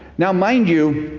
now mind you,